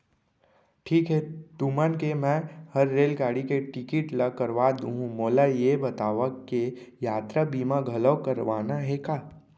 ठीक हे तुमन के मैं हर रेलगाड़ी के टिकिट ल करवा दुहूँ, मोला ये बतावा के यातरा बीमा घलौ करवाना हे का?